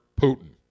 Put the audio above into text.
Putin